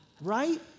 right